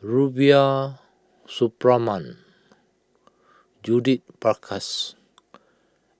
Rubiah Suparman Judith Prakash